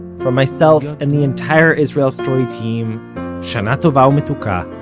from myself and the entire israel story team shana tova u'metuka,